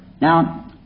Now